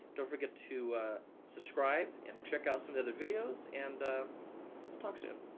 don't forget to subscribe and check out some other videos and we'll talk soon.